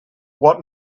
what